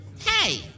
hey